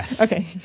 Okay